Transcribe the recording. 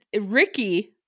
Ricky